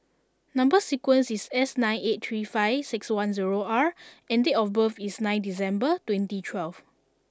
number sequence is S nine eight three five six one zero R and date of birth is nine December twenty twelve